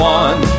one